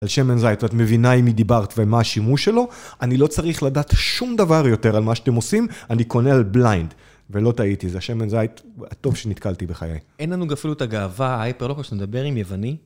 על שמן זית, ואת מבינה אם מי דיברת ומה השימוש שלו? אני לא צריך לדעת שום דבר יותר על מה שאתם עושים, אני קונה על בליינד. ולא טעיתי, זה השמן זית הטוב שנתקלתי בחיי. אין לנו אפילו את הגאווה, הייפר לא יכול שנדבר עם יווני.